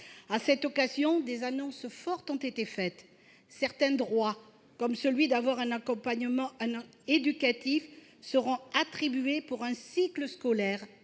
À cette occasion, des annonces fortes ont été faites. Certains droits, comme celui d'avoir un accompagnant éducatif, seront attribués pour un cycle scolaire